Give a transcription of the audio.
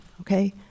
okay